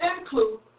include